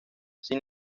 sin